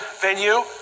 venue